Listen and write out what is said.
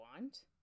want